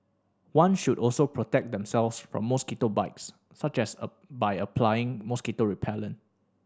one should also protect themselves from mosquito bites such as a by applying mosquito repellent